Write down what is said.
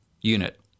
unit